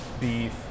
beef